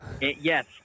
Yes